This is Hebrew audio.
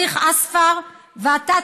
אבטיח צהוב?) ואתה,